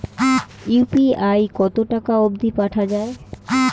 UPI কতো টাকা অব্দি পাঠা যায়?